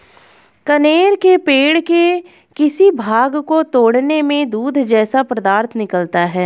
कनेर के पेड़ के किसी भाग को तोड़ने में दूध जैसा पदार्थ निकलता है